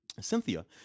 Cynthia